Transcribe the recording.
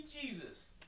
Jesus